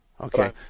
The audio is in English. Okay